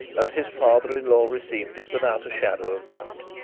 and his father-in-law received it without a shadow of doubt.